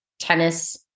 tennis